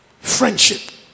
Friendship